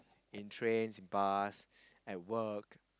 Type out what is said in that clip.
in trains bus at work